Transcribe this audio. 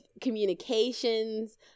communications